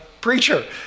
preacher